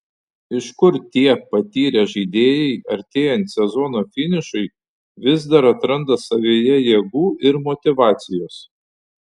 iš kur šie patyrę žaidėjai artėjant sezono finišui vis dar atranda savyje jėgų ir motyvacijos